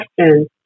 question